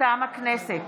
מטעם הכנסת: